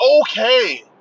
okay